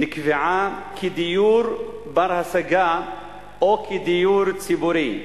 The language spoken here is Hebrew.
נקבעה כדיור בר-השגה או כדיור ציבורי.